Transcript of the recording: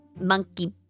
monkey